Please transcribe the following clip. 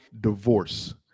divorce